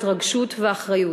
התרגשות ואחריות.